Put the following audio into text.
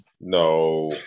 No